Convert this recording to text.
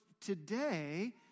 today